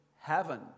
Heaven